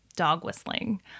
dog-whistling